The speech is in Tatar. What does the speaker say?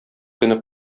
көне